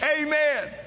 Amen